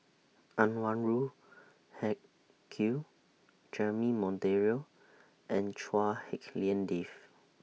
Anwarul Haque Jeremy Monteiro and Chua Hak Lien Dave